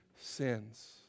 sins